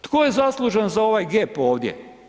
Tko je zaslužan za ovaj gap ovdje?